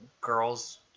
girls